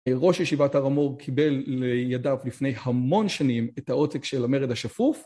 ראש ישיבת הר המור קיבל לידיו לפני המון שנים את העותק של המרד השפוף.